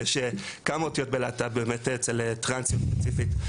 יש כמה אותיות בלהט"ב באמת אצל טרנסיות ספציפיות.